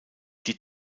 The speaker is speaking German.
die